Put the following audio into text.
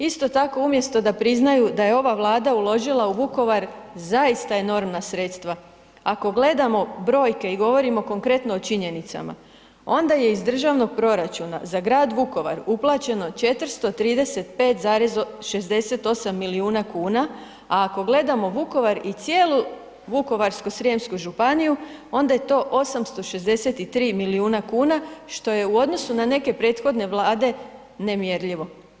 Isto tako umjesto da priznaju da je ova Vlada uložila u Vukovar zaista enormna sredstva, ako gledamo brojke i govorimo konkretno o činjenicama onda je iz državnog proračuna za grad Vukovar uplaćeno 435,68 milijuna kuna a ako gledamo Vukovar i cijelu Vukovarsko-srijemsku županiju, onda je to 863 milijuna kuna što je u odnose na neke prethodne Vlade, nemjerljivo.